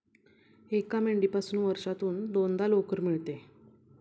एका मेंढीपासून वर्षातून दोनदा लोकर मिळते